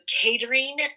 catering